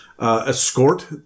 escort